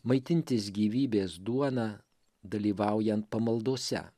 maitintis gyvybės duona dalyvaujan pamaldose